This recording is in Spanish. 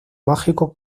mágico